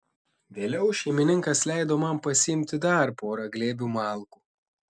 vėliau šeimininkas leido man pasiimti dar porą glėbių malkų